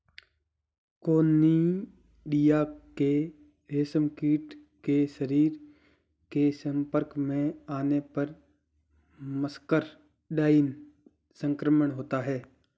conidia के रेशमकीट के शरीर के संपर्क में आने पर मस्करडाइन संक्रमण होता है